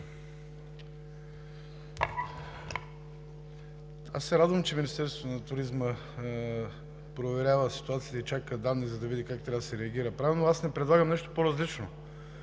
Аз се радвам, че Министерството на туризма проверява ситуацията и чака данни, за да види как трябва да се реагира правилно. Аз не предлагам нещо по-различно.